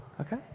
Okay